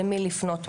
למי לפנות,